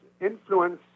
influence